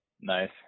Nice